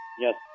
Yes